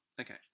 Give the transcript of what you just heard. Okay